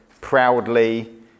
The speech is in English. proudly